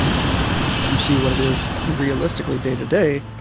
and you see what it is realistically day-to-day,